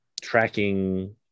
tracking